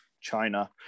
China